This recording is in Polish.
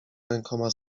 rękoma